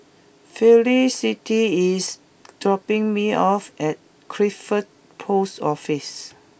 Felicity is dropping me off at Crawford Post Office